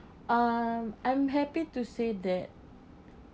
um I'm happy to say that